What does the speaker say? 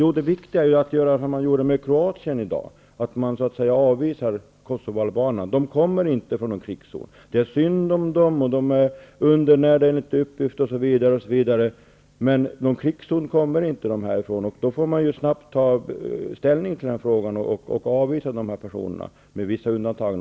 Jo, det viktiga är att göra som man gjorde med kroaterna. Det handlar alltså om att avvisa Kosovoalbanerna. De kommer inte från en krigszon. Visserligen är det synd om dem. De lär vara undernärda osv. Men någon krigszon kommer de, som sagt, inte från. Därför måste man snabbt ta ställning och avvisa de här personerna -- naturligtvis med vissa undantag.